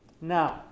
Now